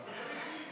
בהצבעה.